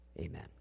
Amen